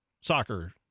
soccer